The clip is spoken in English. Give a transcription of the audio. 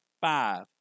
five